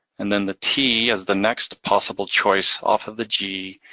and then the t as the next possible choice off of the g,